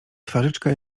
twarzyczka